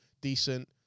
decent